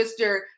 Mr